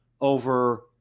over